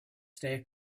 stay